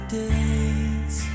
days